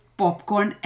popcorn